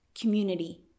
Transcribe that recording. community